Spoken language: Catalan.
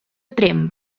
tremp